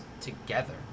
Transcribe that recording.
together